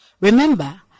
Remember